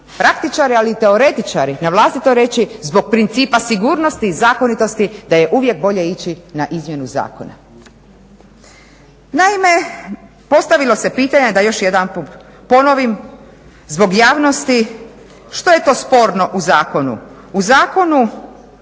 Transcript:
praktičari ali i teoretičari na vlastito reći zbog principa sigurnosti i zakonitosti da je uvijek bolje ići na izmjenu zakona. Naime, postavilo se pitanje da još jedanput ponovim zbog javnosti što je to sporno u zakonu. U zakonu